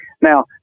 Now